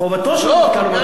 לא כלפי הציבור חובתו.